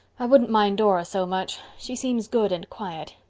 i wouldn't mind dora so much. she seems good and quiet.